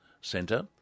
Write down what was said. Centre